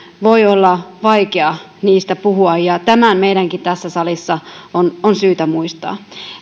voi olla vaikea niistä puhua ja tämä meidänkin tässä salissa on on syytä muistaa